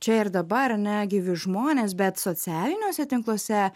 čia ir dabar ane gyvi žmonės bet socialiniuose tinkluose